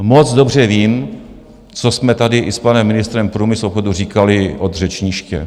Moc dobře vím, co jsme tady i s panem ministrem průmyslu a obchodu říkali od řečniště.